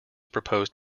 proposed